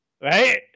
Right